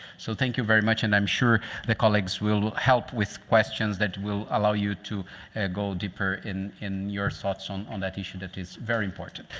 so thank you very much. and i'm sure the colleagues will help with questions that will allow you to go deeper in in your thoughts on on that issue that is very important.